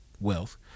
wealth